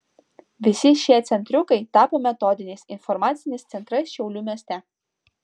visi šie centriukai tapo metodiniais informaciniais centrais šiaulių mieste